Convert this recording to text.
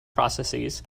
processes